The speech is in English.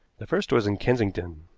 the first was in kensington.